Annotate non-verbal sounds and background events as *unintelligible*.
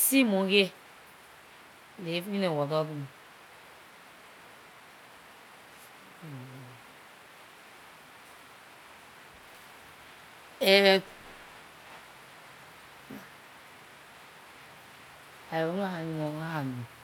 Sea monkey, live in the water too *unintelligible* and *hesitation* dah the only animal wat I know.